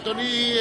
אדוני,